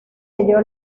ello